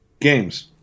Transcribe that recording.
games